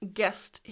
guest